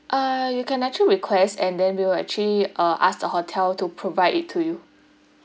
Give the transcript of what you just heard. uh you can actually request and then we will actually uh ask the hotel to provide it to you